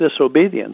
disobedience